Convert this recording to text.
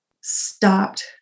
stopped